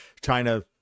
china